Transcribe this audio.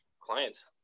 clients